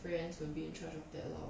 friends will be in-charge of that lor